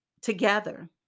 together